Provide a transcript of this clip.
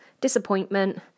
disappointment